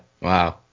Wow